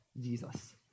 Jesus